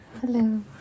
hello